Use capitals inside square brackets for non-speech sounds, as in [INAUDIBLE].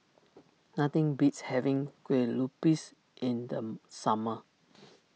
[NOISE] nothing beats having Kue Lupis in the summer [NOISE]